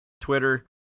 Twitter